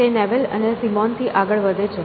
તે નેવેલ અને સિમોન થી આગળ વધે છે